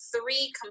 three